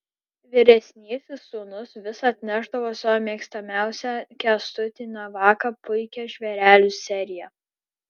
vyresnysis sūnus vis atnešdavo savo mėgstamiausią kęstutį navaką puikią žvėrelių seriją